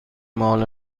مال